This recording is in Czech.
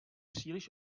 příliš